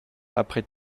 après